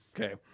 Okay